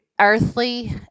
Earthly